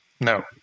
no